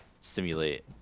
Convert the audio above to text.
simulate